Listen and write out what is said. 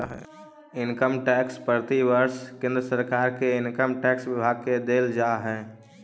income tax प्रतिवर्ष केंद्र सरकार के इनकम टैक्स विभाग के देल जा हई